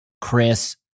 Chris